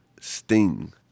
Sting